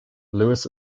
lewis